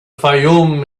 fayoum